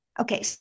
Okay